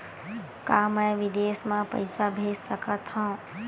का मैं विदेश म पईसा भेज सकत हव?